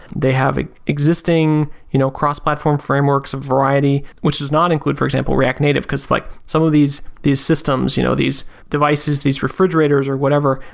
they have ah existing you know cross platform frameworks of variety which does not include for example react native. because like some of these these systems, you know these devices, these refrigerators or whatever,